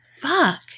Fuck